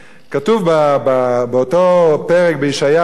כתוב באותו פרק בישעיהו: